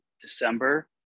December